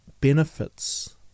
benefits